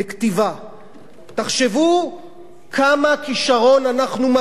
תחשבו כמה כשרון אנחנו מפסידים בארץ הזאת,